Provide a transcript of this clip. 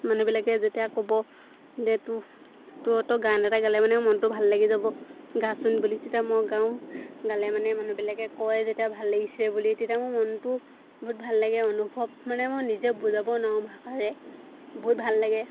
মানুহবিলাকে যেতিয়া ক'ব দে তোৰ তই গান এটা গালে মানে মনটো ভাল লাগি যাব গাচোন বুলি তেতিয়া মই গাওঁ গালে মানে মানুহবিলাকে কয় যেতিয়া ভাল লাগিছে বুলি তেতিয়া মোৰ মনটো বহুত ভাল লাগে অনুভৱ মানে মই নিজে বুজাব নোৱাৰোঁ ভাষাৰে বহুত ভাল লাগে